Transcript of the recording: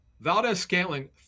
Valdez-Scantling